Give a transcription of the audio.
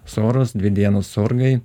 soros dvi dienos sorgai